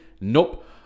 nope